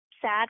sad